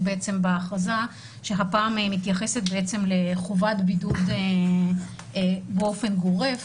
בהכרזה שהפעם מתייחסת לחובת בידוד באופן גורף,